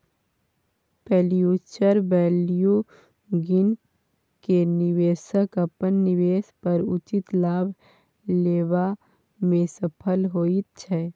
future value गिन केँ निबेशक अपन निबेश पर उचित लाभ लेबा मे सफल होइत छै